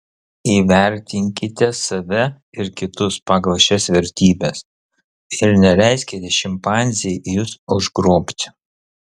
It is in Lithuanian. įvertinkite save ir kitus pagal šias vertybes ir neleiskite šimpanzei jus užgrobti